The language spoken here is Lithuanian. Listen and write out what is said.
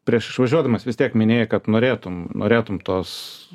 prieš išvažiuodamas vis tiek minėjai kad norėtum norėtum tos